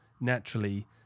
naturally